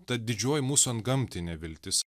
ta didžioji mūsų antgamtinė viltis